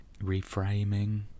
reframing